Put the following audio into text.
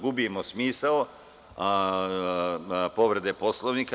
Gubimo smisao povrede Poslovnika.